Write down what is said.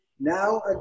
Now